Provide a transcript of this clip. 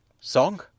Song